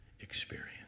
experience